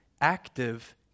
active